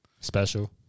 Special